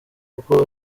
kuko